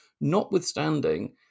notwithstanding